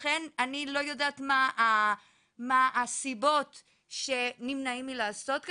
לכן אני לא יודעת מה הסיבות שנמנעים מלעשות כן.